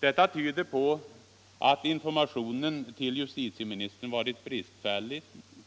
Detta tyder på att informationen till justitieministern varit